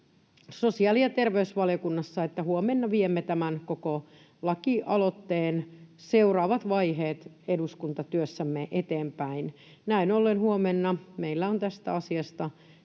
sosiaali- ja terveysvaliokunnassa, että huomenna viemme tämän koko lakialoitteen seuraavat vaiheet eduskuntatyössämme eteenpäin. Näin ollen huomenna meillä on tästä asiasta